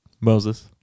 Moses